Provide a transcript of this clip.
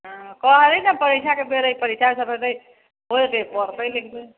हँ कहली ने परीक्षा के बेर परीक्षा सब देतै पढतै लिखतै